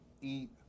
Eat